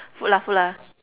food lah food lah